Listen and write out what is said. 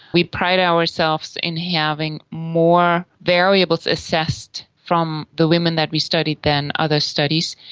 we pride ourselves in having more variables assessed from the women that we studied than other studies,